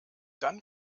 dann